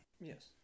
Yes